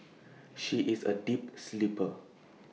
she is A deep sleeper